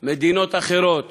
מדינות אחרות